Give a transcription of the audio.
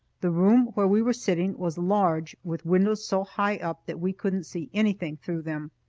the room where we were sitting was large, with windows so high up that we couldn't see anything through them.